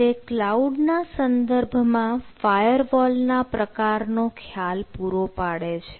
તે ક્લાઉડના સંદર્ભમાં ફાયરવોલના પ્રકારનો ખ્યાલ પૂરો પાડે છે